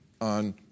on